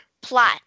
plot